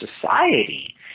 society